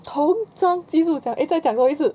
铜章技术奖 eh 再讲多一次